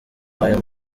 ayo